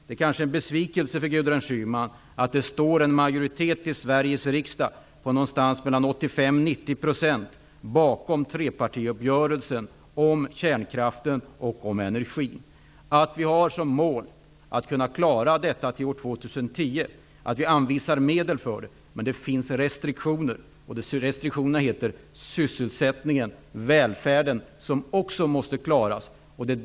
Det kanske är en besvikelse för Gudrun Schyman att Sveriges riksdag har en majoritet på mellan 85 och 90 % bakom trepartiuppgörelsen om kärnkraften och energin. Vi har som mål att klara detta till år 2010 och anvisar medel för det. Men det finns restriktioner, nämligen sysselsättningen och välfärden, som också måste klaras.